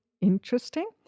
interesting